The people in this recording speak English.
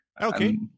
Okay